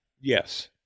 yes